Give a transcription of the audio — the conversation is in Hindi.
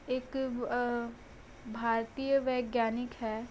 एक भारतीय वैज्ञानिक है